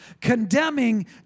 Condemning